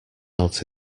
out